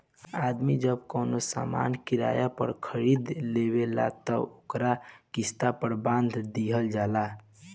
आदमी जब कवनो सामान किराया पर खरीद लेवेला त ओकर किस्त पर बांध दिहल जाला